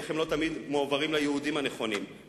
ואיך הן לא תמיד מועברות לייעודים הנכונים.